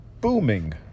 booming